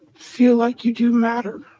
feel like you do matter